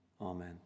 Amen